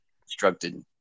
constructed